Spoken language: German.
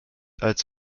als